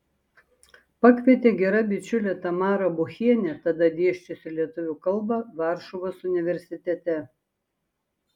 pakvietė gera bičiulė tamara buchienė tada dėsčiusi lietuvių kalbą varšuvos universitete